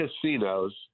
casinos